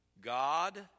God